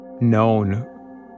known